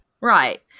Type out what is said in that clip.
Right